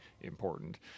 important